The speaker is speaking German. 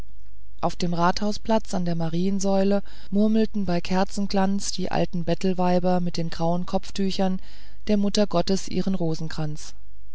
auf dem rathausplatz an der mariensäule murmelten bei kerzenglanz die alten bettelweiber mit den grauen kopftüchern der muttergottes ihren rosenkranz